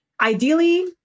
ideally